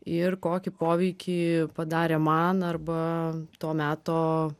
ir kokį poveikį padarė man arba to meto